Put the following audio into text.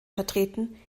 vertreten